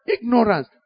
Ignorance